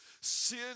sin